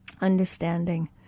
understanding